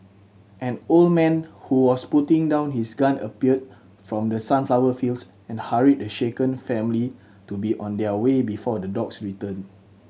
an old man who was putting down his gun appeared from the sunflower fields and hurried the shaken family to be on their way before the dogs return